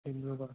ডিব্ৰুগড়ৰ